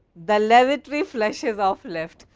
the lavatory flushes of left.